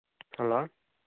hello